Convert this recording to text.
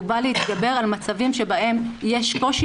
הוא בא להתגבר על מצבים שבהם יש קושי